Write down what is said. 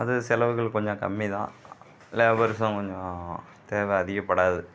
அது செலவுகள் கொஞ்சம் கம்மிதான் லேபர்ஸும் கொஞ்சம் தேவை அதிகப்படாது